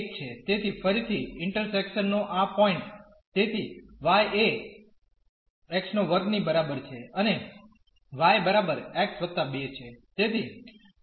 તેથી ફરીથી ઇન્ટરસેક્શન નો આ પોઈન્ટ તેથી y એ x2 ની બરાબર છે અને y બરાબર x 2 છે